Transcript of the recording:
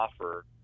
offer